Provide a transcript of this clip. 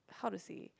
how to say